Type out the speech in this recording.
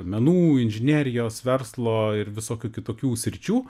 menų inžinerijos verslo ir visokių kitokių sričių